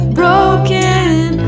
broken